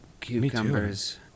Cucumbers